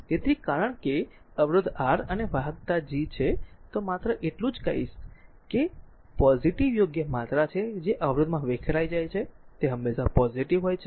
તેથી કારણ કે અવરોધ r અને વાહકતા G છે તો માત્ર એટલું જ કહીશ કે તે પોઝીટીવ યોગ્ય માત્રા છે જે અવરોધમાં વિખેરાઈ જાય છે તે હંમેશા પોઝીટીવ હોય છે